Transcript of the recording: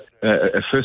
first